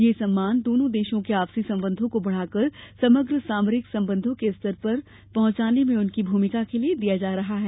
यह सम्मान दोनों देशों के आपसी संबंधों को बढ़ाकर समग्र सामरिक संबंधों के स्तंर पर पहुंचाने में उनकी भूमिका के लिए दिया जा रहा है